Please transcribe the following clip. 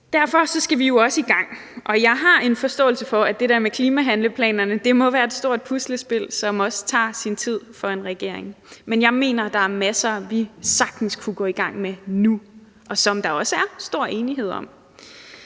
Derfor skal vi jo også i gang, og jeg har en forståelse for, at det der med klimahandleplanerne må være et stort puslespil, som også tager sin tid for en regering, men jeg mener, at der er masser, vi sagtens kunne gå i gang med nu, og som der også er stor enighed om.